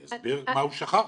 אני אסביר מה הוא שכח.